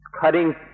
Cutting